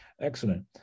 Excellent